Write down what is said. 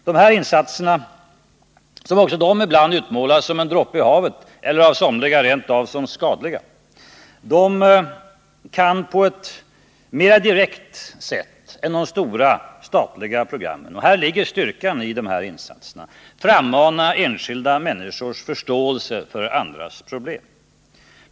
Dessa insatser, som också de ibland utmålats som en droppe i havet eller av somliga rent av som skadliga, kan på ett mer direkt sätt än de stora statliga programmen frammana enskilda människors förståelse för andras problem.